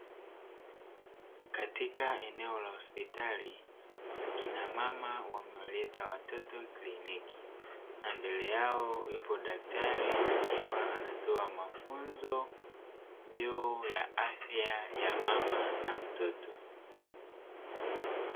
Katika eneo la hospitali wakina mama wameleta watoto kliniki na mbele yao yupo daktari akiwa anatoa mafunzo juu ya afya ya mama na mtoto.